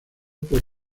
por